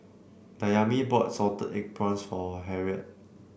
Dayami bought Salted Egg Prawns for Harriet